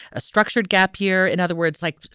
a structured gap here. in other words, like,